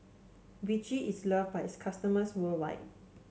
Vichy is loved by its customers worldwide